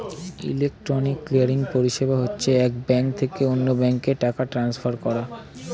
electronic clearing পরিষেবা হচ্ছে এক ব্যাঙ্ক থেকে অন্য ব্যাঙ্কে টাকা ট্রান্সফার করা